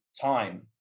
time